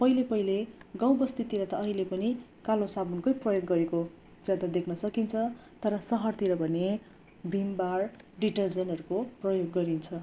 पहिले पहिले गाउँ बस्तीतिर त अहिले पनि कालो साबुनकै प्रयोग गरेको ज्यादा देख्न सकिन्छ तर सहरतिर भने भिम बार डिटर्जेन्टहरूको प्रयोग गरिन्छ